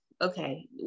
okay